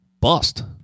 bust